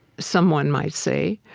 someone might say,